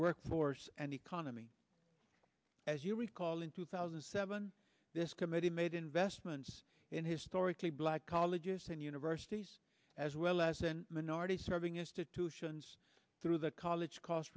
workforce and economy as you recall in two thousand and seven this committee made investments in historically black colleges and universities as well as in minority serving institutions through the college cost